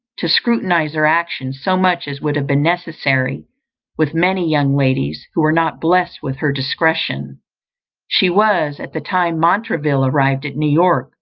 to scrutinize her actions so much as would have been necessary with many young ladies, who were not blest with her discretion she was, at the time montraville arrived at new-york,